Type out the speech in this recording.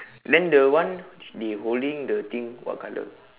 then the one they holding the thing what color